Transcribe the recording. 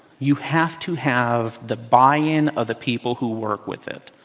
you have to have the buy in of the people who work with it.